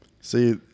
See